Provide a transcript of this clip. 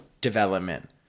development